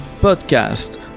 Podcast